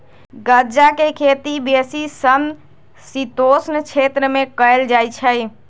गञजा के खेती बेशी समशीतोष्ण क्षेत्र में कएल जाइ छइ